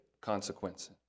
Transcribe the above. consequences